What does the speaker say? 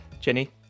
Jenny